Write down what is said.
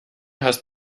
hast